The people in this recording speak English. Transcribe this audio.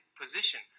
position